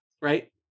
right